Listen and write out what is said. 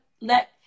let